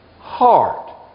heart